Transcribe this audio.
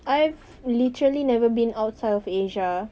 I have literally never been outside of asia